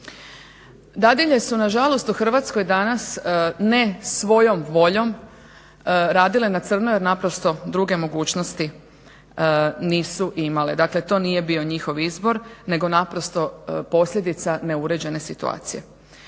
Dadilje su na žalost u Hrvatskoj danas ne svojom voljom radile na crno, jer naprosto druge mogućnosti nisu imale. Dakle, to nije bio njihov izbor nego naprosto posljedica neuređene situacije.